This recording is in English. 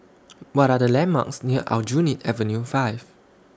What Are The landmarks near Aljunied Avenue five